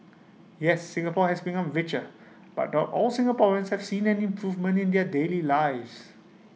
yes Singapore has become richer but not all Singaporeans have seen an improvement in their daily lives